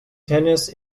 tennis